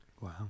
Wow